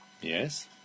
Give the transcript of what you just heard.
Yes